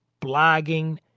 blogging